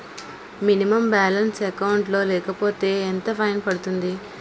Minimum balance account లో లేకపోతే ఎంత ఫైన్ పడుతుంది?